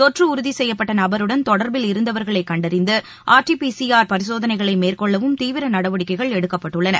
தொற்று உறுதி செய்யப்பட்ட நபருடன் தொடர்பில் இருந்தவர்களை கண்டறிந்து ஆர்டிபிசிஆர் பரிசோதனைகளை மேற்கொள்ளவும் தீவிர நடவடிக்கைகள் எடுக்கப்பட்டுள்ளன